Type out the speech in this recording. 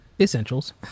Essentials